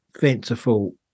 fanciful